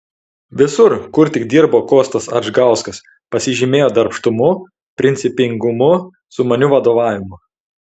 visur kur tik dirbo kostas adžgauskas pasižymėjo darbštumu principingumu sumaniu vadovavimu